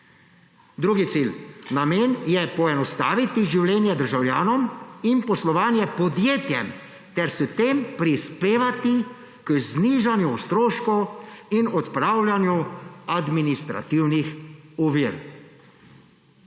Drugi cilj. Namen je poenostaviti življenje državljanom in poslovanje podjetjem ter s tem prispevati k znižanju stroškov in odpravljanju administrativnih ovir.